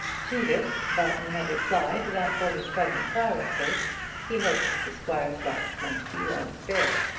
to this belton had replied that for his cousin clara's sake he hoped that the squire's life might be long spared.